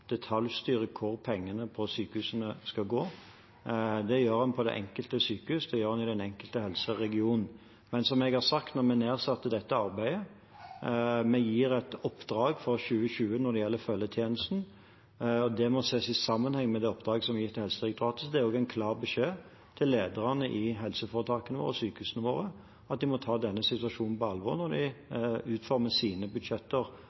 hvor pengene til sykehusene skal gå. Det gjør man ved det enkelte sykehus, det gjør man i den enkelte helseregion. Men som jeg har sagt: Vi har igangsatt dette arbeidet, vi gir et oppdrag for 2020 når det gjelder følgetjenesten, og det må ses i sammenheng med det oppdraget som er gitt til Helsedirektoratet. Det er også en klar beskjed til lederne i helseforetakene og sykehusene våre om at de må ta denne situasjonen på alvor når de utformer sine budsjetter